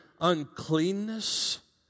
uncleanness